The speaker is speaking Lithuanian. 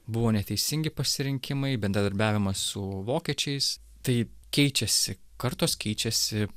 buvo neteisingi pasirinkimai bendradarbiavimas su vokiečiais tai keičiasi kartos keičiasi